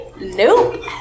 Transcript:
Nope